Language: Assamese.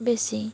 বেছি